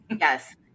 yes